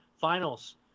finals